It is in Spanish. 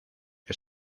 que